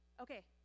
Okay